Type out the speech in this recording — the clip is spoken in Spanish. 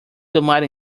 tomar